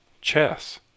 chess